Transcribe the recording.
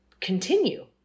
continue